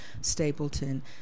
Stapleton